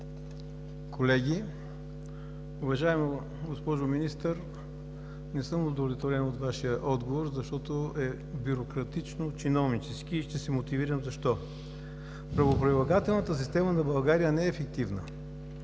колеги! Уважаема госпожо Министър, не съм удовлетворен от Вашия отговор, защото е бюрократично-чиновнически и ще се мотивирам защо. Правоприлагателната система на България не е ефективна.